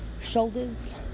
shoulders